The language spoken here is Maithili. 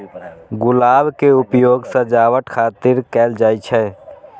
गुलाब के उपयोग सजावट खातिर कैल जाइ छै